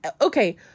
Okay